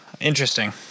interesting